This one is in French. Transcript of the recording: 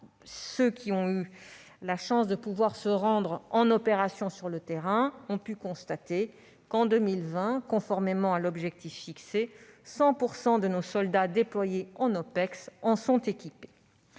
Ceux qui ont eu la chance de se rendre en opération sur le terrain ont pu constater qu'en 2020, conformément à l'objectif fixé, 100 % de nos soldats déployés en OPEX en sont équipés.